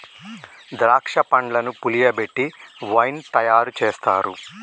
ద్రాక్ష పండ్లను పులియబెట్టి వైన్ తయారు చేస్తారు